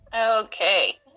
Okay